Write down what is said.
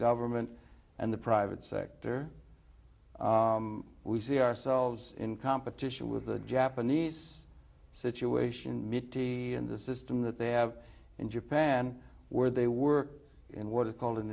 government and the private sector we see ourselves in competition with the japanese situation miti and the system that they have in japan where they work in what is called an